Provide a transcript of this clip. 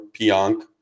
Pionk